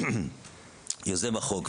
יוזם החוק,